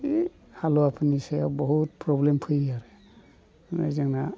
हालुवाफोरनि सायाव बहुद प्रब्लेम फैयो माने जोंना